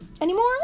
anymore